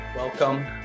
Welcome